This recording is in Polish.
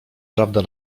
prawda